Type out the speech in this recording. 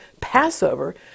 Passover